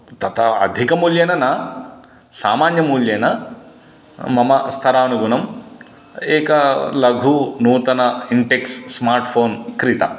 तथा अधिकमूल्येन न सामान्यमूल्येन मम स्तरानुगुणम् एकं लघु नूतनम् इण्टेक्स् स्मार्ट् फ़ोन् क्रीतं